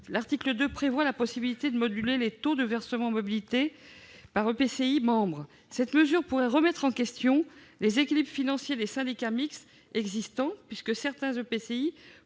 l'article 2 prévoit la possibilité de moduler les taux de versement mobilité par EPCI membre. Cette mesure pourrait remettre en question les équilibres financiers des syndicats mixtes existants, puisque certains EPCI